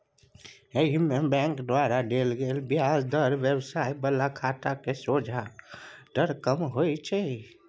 एहिमे बैंक द्वारा देल गेल ब्याज दर व्यवसाय बला खाता केर सोंझा दर कम होइ छै